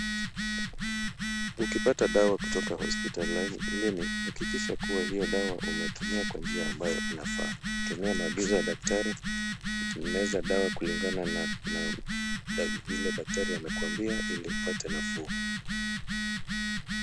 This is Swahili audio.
Ukipata dawa kutoka hospitalini, hakikisha kuwa hiyo dawa umetumia kwa njia ambayo inafaa. Tumia maagizo ya daktari, meza dawa kulingana na vile daktari amekuambia ili upate nafuu.